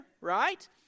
Right